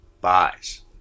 buys